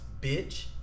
bitch